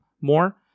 more